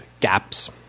gaps